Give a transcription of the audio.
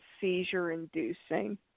seizure-inducing